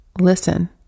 listen